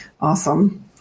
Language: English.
Awesome